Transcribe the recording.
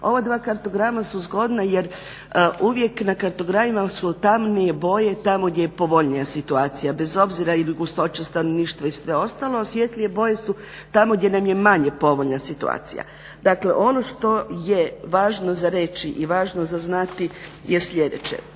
Ova dva kartograma su zgodna jer uvije na kartogramima su vam tamnije boje tamo gdje je povoljnija situacija bez obzira je li gustoća stanovništva i sve ostalo. A svjetlije boje su tamo gdje nam je manje povoljna situacija. Dakle, ono što je važno za reći i važno za znati je sljedeće,